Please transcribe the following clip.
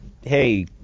hey